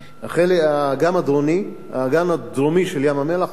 האגן הדרומי של ים-המלח מוצף,